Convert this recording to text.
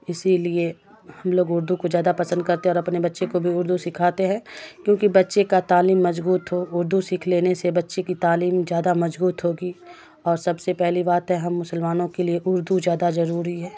اسی لیے ہم لوگ اردو کو زیادہ پسند کرتے ہیں اور اپنے بچے کو بھی اردو سکھاتے ہیں کیونکہ بچے کا تعلیم مضبوط ہو اردو سیکھ لینے سے بچے کی تعلیم زیادہ مضبوط ہوگی اور سب سے پہلی بات ہے ہم مسلمانوں کے لیے اردو زیادہ ضروری ہے